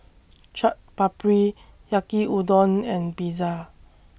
Chaat Papri Yaki Udon and Pizza